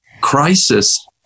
crisis